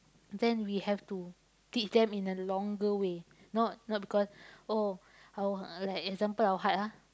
then we have to teach them in a longer way not not because oh our like example our heart ah